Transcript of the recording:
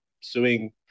suing